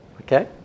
Okay